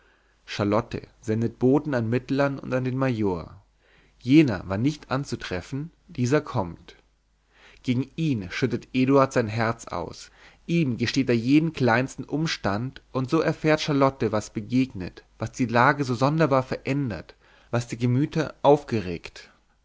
charlotte sendet boten an mittlern und an den major jener war nicht anzutreffen dieser kommt gegen ihn schüttet eduard sein herz aus ihm gesteht er jeden kleinsten umstand und so erfährt charlotte was begegnet was die lage so sonderbar verändert was die gemüter aufgeregt